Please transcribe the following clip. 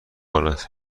کند